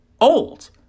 old